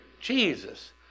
Jesus